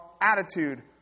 attitude